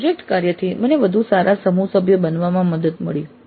project કાર્યથી મને વધુ સારા સમૂહ સભ્ય બનવામાં મદદ મળી